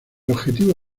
objetivo